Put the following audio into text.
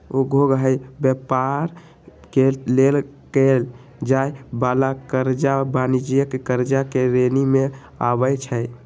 उद्योग आऽ व्यापार के लेल कएल जाय वला करजा वाणिज्यिक करजा के श्रेणी में आबइ छै